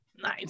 Nice